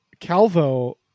Calvo